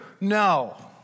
No